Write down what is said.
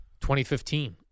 2015